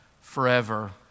forever